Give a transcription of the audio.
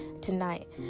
tonight